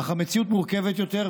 אך המציאות מורכבת יותר,